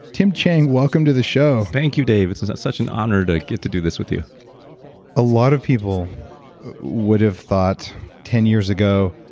tim chang, welcome to the show thank you david, it's it's such an honor to get to do this with you a lot of people would have thought ten years ago,